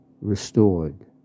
restored